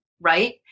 right